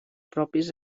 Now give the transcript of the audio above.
propis